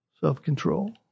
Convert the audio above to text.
Self-control